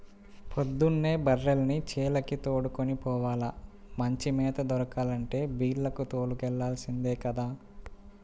పొద్దున్నే బర్రెల్ని చేలకి దోలుకొని పోవాల, మంచి మేత దొరకాలంటే బీల్లకు తోలుకెల్లాల్సిందే గదా